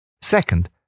Second